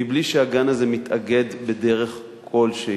מבלי שהגן הזה מתאגד בדרך כלשהי.